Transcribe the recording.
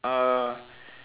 uh